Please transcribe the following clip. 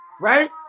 Right